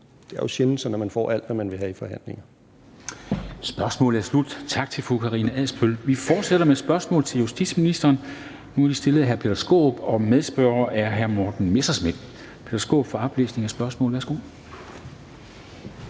Det er jo sjældent sådan, at man får alt, hvad man vil have i en forhandling.